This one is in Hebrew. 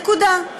נקודה.